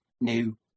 new